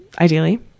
ideally